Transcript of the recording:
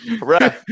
Right